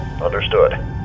Understood